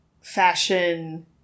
fashion